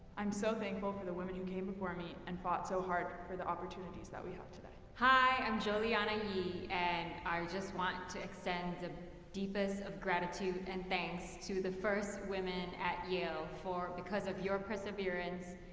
i'm so thankful for the women who came before me and fought so hard for the opportunities that we have today. hi, joliana yee, and i just want to extend the deepest of gratitude and thanks to the first women at yale for, because of your perseverance,